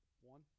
One